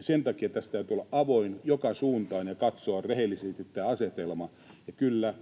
sen takia tässä täytyy olla avoin joka suuntaan ja katsoa rehellisesti tämä asetelma. Ja kyllä,